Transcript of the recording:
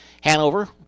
Hanover